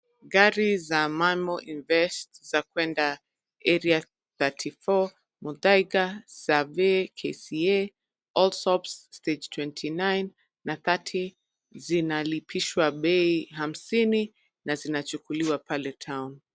Gari za Manmo invest za kuenda Area 34,Muthaiga, Survey, KCA, Olsops, Stage 29 na 30 zinalipishwa bei hamsini na zinachukuliwa pale town .